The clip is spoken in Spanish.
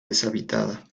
deshabitada